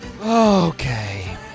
Okay